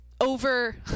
over